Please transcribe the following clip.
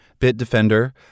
Bitdefender